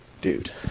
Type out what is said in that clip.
Dude